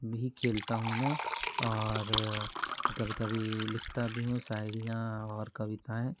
भी खेलता हूँ मैं और कभी कभी लिखता भी हूँ शायरियाँ और कविताएँ